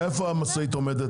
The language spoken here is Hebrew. איפה המשאית עומדת?